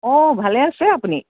অঁ ভালে আছে আপুনি